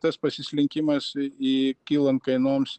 tas pasislinkimas į kylant kainoms